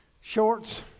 shorts